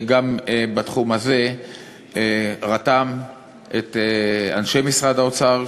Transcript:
גם בתחום הזה רתם את אנשי משרד האוצר,